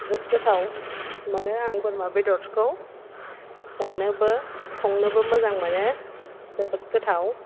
जोबोद गोथाव मोनो आं बोरमा बेदरखौ जानोबो संनोबो मोजां मोनो जोबोद गोथाव